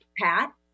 Pat